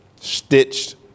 stitched